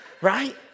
right